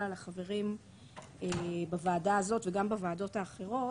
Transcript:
על החברים בוועדה הזאת וגם בוועדות האחרות,